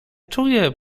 czuje